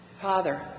Father